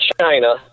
China